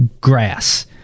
grass